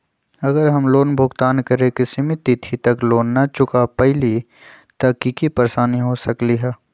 अगर हम लोन भुगतान करे के सिमित तिथि तक लोन न चुका पईली त की की परेशानी हो सकलई ह?